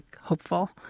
hopeful